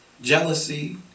jealousy